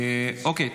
אוקיי,